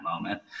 moment